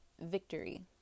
victory